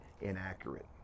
inaccurate